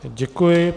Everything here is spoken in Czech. Děkuji.